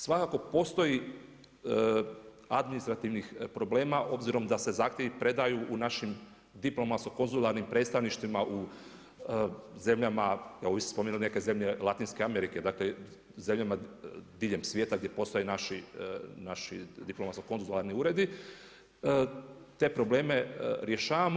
Svakako postoji administrativnih problema s obzirom da se zahtjevi predaju u našim diplomatsko-konzularnim predstavništvima u zemljama, evo vi ste spomenuli neke zemlje Latinske Amerike, zemljama diljem svijeta gdje postoje naši diplomatsko-konzularni uredi te probleme rješavamo.